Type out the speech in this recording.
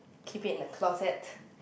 keep it in the closet